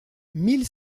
mille